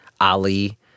Ali